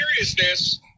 seriousness